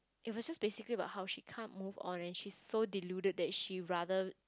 it was just basically about how she can't move on and she's so deluded that she rather